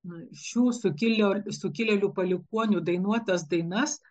na šių sukilėlių sukilėlių palikuonių dainuotas dainas